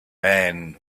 man